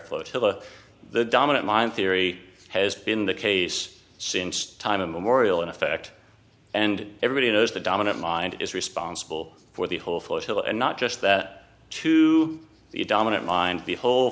flotilla the dominant mind theory has been the case since time immemorial in effect and everybody knows the dominant mind is responsible for the whole flotilla and not just that to the dominant mind the whole